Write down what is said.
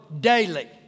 daily